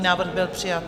Návrh byl přijat.